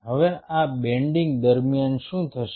હવે આ બેન્ડિંગ દરમિયાન શું થશે